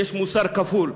יש מוסר כפול,